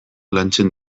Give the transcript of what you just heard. lantzen